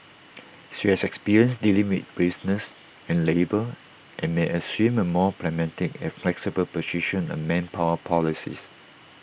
she has experience dealing with business and labour and may assume A more pragmatic and flexible position on manpower policies